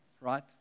right